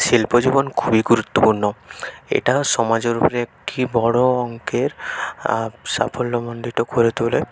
শিল্প জীবন খুবই গুরুত্বপূর্ণ এটা সমাজের উপরে কি বড়ো অঙ্কের সাফল্যমন্ডিত করে তোলে